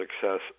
success